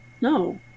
no